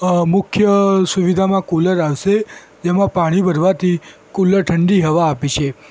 મુખ્ય સુવિધામાં કુલર આવશે જેમાં પાણી ભરવાથી કુલર ઠંડી હવા આપે છે